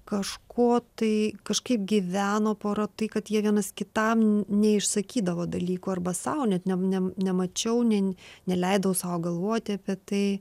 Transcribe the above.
kažko tai kažkaip gyveno pora tai kad jie vienas kitam neišsakydavo dalykų arba sau net ne ne nemačiau ne neleidau sau galvoti apie tai